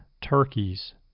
turkeys